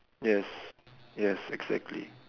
yes yes exactly